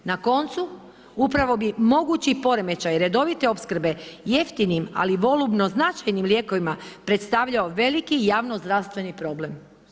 Na koncu upravo bi mogući poremećaj redovite opskrbe jeftinim ali volubno značajnim lijekovima predstavljao veliki javno zdravstveni problem.